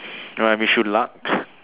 I wish you luck